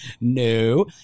No